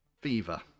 fever